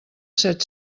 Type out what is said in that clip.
set